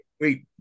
wait